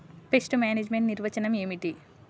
Pest management నిర్వచనం ఏమిటి?